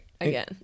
again